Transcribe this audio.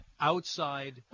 outside